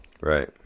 right